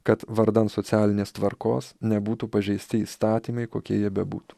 kad vardan socialinės tvarkos nebūtų pažeisti įstatymai kokie jie bebūtų